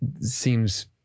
seems